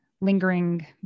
lingering